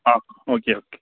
ah okay okay